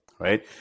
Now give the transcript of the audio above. right